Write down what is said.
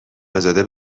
ازاده